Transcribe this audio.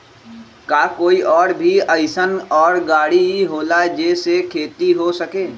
का कोई और भी अइसन और गाड़ी होला जे से खेती हो सके?